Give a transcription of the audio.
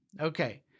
Okay